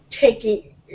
taking